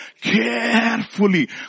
carefully